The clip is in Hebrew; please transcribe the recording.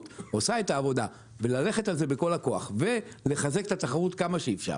עושה את העבודה וללכת על זה בכל הכוח ולחזק את התחרות כמה שאפשר,